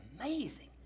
amazing